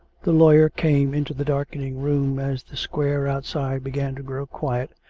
the lawyer came into the darkening room as the square outside began to grow quiet,